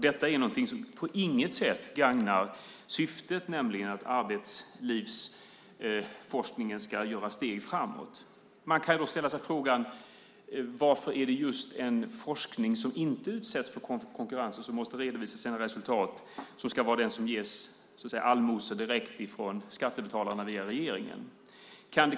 Det gagnar inte på något sätt syftet, nämligen att arbetslivsforskningen ska göra steg framåt. Man kan ställa sig frågan varför det just är en forskning som inte utsätts för konkurrens och som måste redovisa sina resultat som ska vara den som ges allmosor direkt från skattebetalarna när det gäller regeringen.